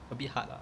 a bit hard ah